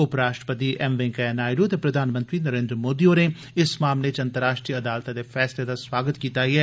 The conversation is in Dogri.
उप राष्ट्रति एम वैंकेइया नायड्र ते प्रधानमंत्री नरेन्द्र मोदी होरें इस मामले च अंतर्राष्ट्री अदालतै दे फैसले दा स्वागत कीता ऐ